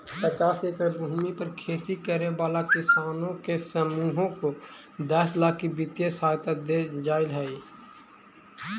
पचास एकड़ भूमि पर खेती करे वाला किसानों के समूह को दस लाख की वित्तीय सहायता दे जाईल हई